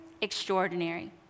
extraordinary